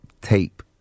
tape